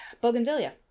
Bougainvillea